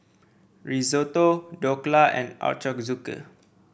Risotto Dhokla and Ochazuke